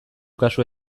kasu